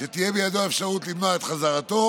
שתהיה בידיו האפשרות למנוע את חזרתו